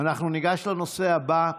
אנחנו ניגש לנושא הבא,